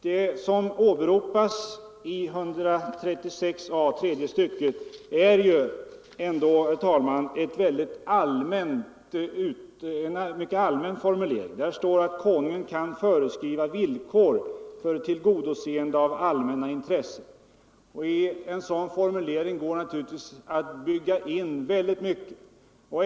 Det som åberopas i 136 a § tredje stycket byggnadslagen är ju ändå, herr talman, en synnerligen allmän formulering. Där står att ”Konungen kan föreskriva villkor för tillgodoseende av allmänna intressen”. I en sådan formulering går det naturligtvis att lägga in många betydelser.